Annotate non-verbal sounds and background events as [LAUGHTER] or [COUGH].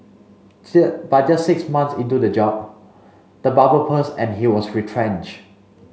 [UNINTELLIGIBLE] but just six months into the job the bubble burst and he was retrenched